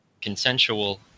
consensual